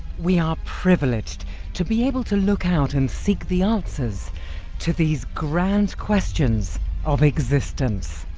we are privileged to be able to look out and seek the answers to these grand questions of existence.